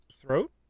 Throat